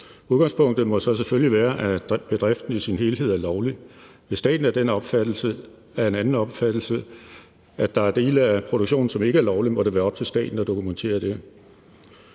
Udgangspunktet må så selvfølgelig være, at bedriften i sin helhed er lovlig. Hvis staten er af en anden opfattelse, altså at der er dele af produktionen, som ikke er lovlig, må det være op til staten at dokumentere det.